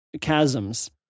chasms